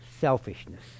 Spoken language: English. selfishness